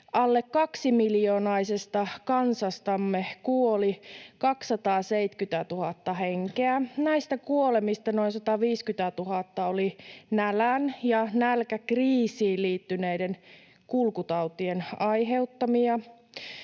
alle kaksimiljoonaisesta kansastamme kuoli 270 000 henkeä. Näistä kuolemista noin 150 000 oli nälän ja nälkäkriisiin liittyneiden kulkutautien aiheuttamia.